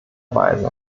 weise